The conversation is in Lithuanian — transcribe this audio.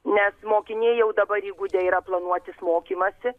nes mokiniai jau dabar įgudę yra planuotis mokymąsi